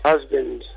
Husband